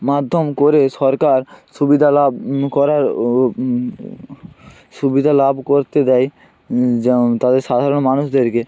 মাধ্যম করে সরকার সুবিধা লাভ করে ও সুবিধা লাভ করতে দেয় যা তাদের সাধারণ মানুষদেরকে